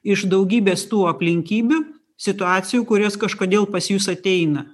iš daugybės tų aplinkybių situacijų kurios kažkodėl pas jus ateina